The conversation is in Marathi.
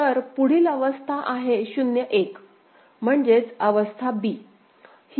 तर पुढील अवस्था आहे 0 1 म्हणजेच अवस्था b